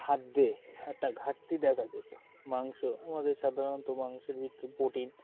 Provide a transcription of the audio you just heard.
খাদ্যে একটা ঘাটতি দেখা যেত মাংস আমাদের সাধারণত মাংসের ভিত্তরে প্রোটিন